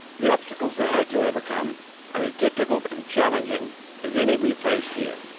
the obstacles they have to overcome are as difficult and challenging as any we face here.